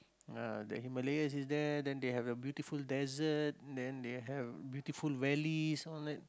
the Himalayas is there then they have the beautiful dessert then they have beautiful valleys all that